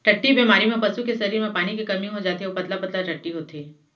टट्टी बेमारी म पसू के सरीर म पानी के कमी हो जाथे अउ पतला पतला टट्टी होथे